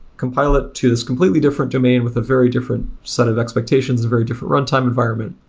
compile it to this completely different domain with a very different set of expectations, very different runtime environment.